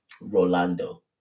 Rolando